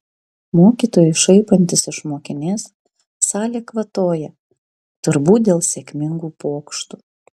mokytojui šaipantis iš mokinės salė kvatoja turbūt dėl sėkmingų pokštų